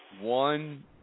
one